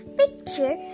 picture